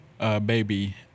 baby